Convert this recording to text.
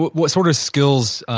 what sort of skills